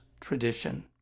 tradition